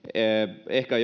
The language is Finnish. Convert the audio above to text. ehkä